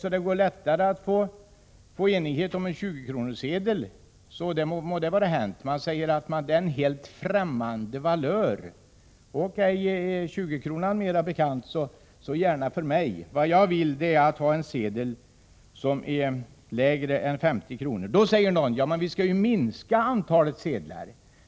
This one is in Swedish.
Är det lättare att nå enighet om en 20-kronorssedel, må det vara hänt. Utskottet säger att det är en helt främmande valör. Är 20-kronorssedeln mer bekant så gärna för mig. Vad jag vill är att få en sedel i lägre valör än 50 kr. Då säger någon: Men vi skall ju minska antalet sedelvalörer.